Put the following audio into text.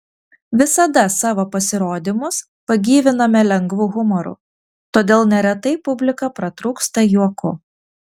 visada savo pasirodymus pagyviname lengvu humoru todėl neretai publika pratrūksta juoku